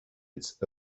its